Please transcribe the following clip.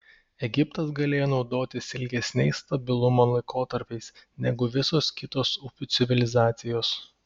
egiptas galėjo naudotis ilgesniais stabilumo laikotarpiais negu visos kitos upių civilizacijos